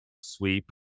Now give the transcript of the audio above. sweep